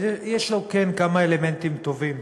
אז יש לו, כן, כמה אלמנטים טובים.